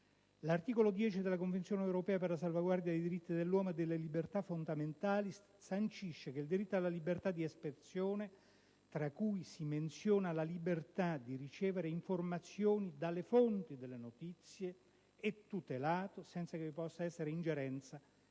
L'articolo 10 della Convenzione europea per la salvaguardia dei diritti dell'uomo e delle libertà fondamentali sancisce che il diritto alla libertà di espressione, tra cui si menziona la libertà di ricevere le informazioni dalle fonti delle notizie, è tutelato, senza che vi possa essere ingerenza